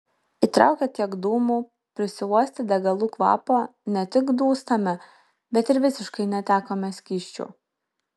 įtraukę tiek dūmų prisiuostę degalų kvapo ne tik dūstame bet ir visiškai netekome skysčių